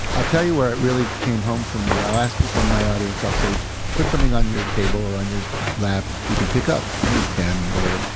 i'll tell you where it really came home for me. i'll ask people in my audience i'll say put something on your table or on your lap you can pick up. a pen, whatever.